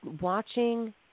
watching